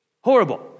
Horrible